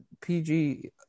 PG